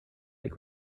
like